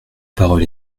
parole